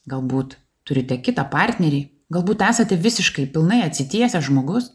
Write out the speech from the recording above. galbūt turite kitą partnerį galbūt esate visiškai pilnai atsitiesęs žmogus